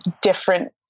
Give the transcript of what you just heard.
different